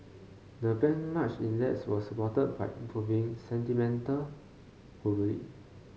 the benchmark index was supported by improving sentiment globally